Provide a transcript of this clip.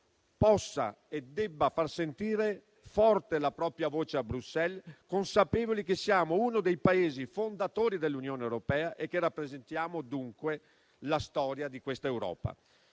possa e debba far sentire forte la propria voce a Bruxelles, consapevoli che siamo uno dei Paesi fondatori dell'Unione europea e che rappresentiamo dunque la storia di questa Europa.